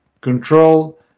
control